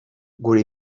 gure